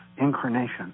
Incarnation